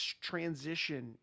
transition